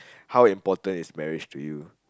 how important is marriage to you